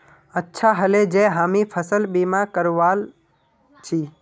अच्छा ह ले जे हामी फसल बीमा करवाल छि